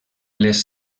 les